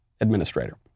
administrator